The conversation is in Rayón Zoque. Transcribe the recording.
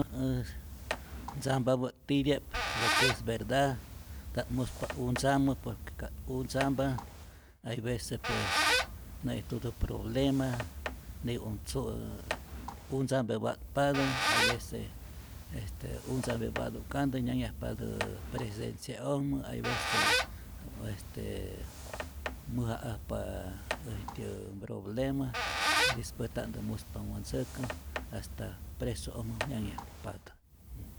Äj ntzampapä't titya'p lo que es verda, nta't muspa untzamä por que ka't untzampa hay vece pues nä'ijtutä problema, ni un tzuä, untzame mpa'tpatä, hay vece este untzame pa'tu'kantä nyayajpatä presidencia'ojmä, hay vece este mäja'ajpa äjtyä mproblema, y despues nta'tä muspa wäntzäkä, hasta presu'ojmä nyanyajpatät.